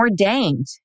ordained